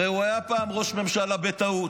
הרי הוא היה פעם ראש ממשלה בטעות,